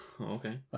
Okay